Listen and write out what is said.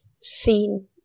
seen